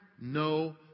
no